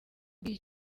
bw’iyi